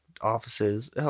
offices